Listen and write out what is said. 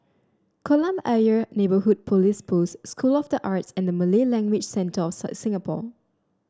Kolam Ayer Neighbourhood Police Post School of the Arts and Malay Language Centre Singapore